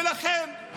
ולכן,